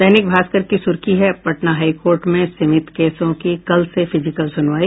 दैनिक भास्कर की सुर्खी है पटना हाई कोर्ट में सीमित केसों की कल से फिजिकल सुनवाई